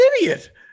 idiot